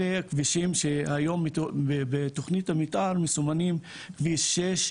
אלה הכבישים שהיום בתכנית המתאר מסומנים כביש שש,